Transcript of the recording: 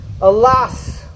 alas